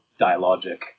dialogic